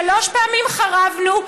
שלוש פעמים חרבנו,